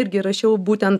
irgi rašiau būtent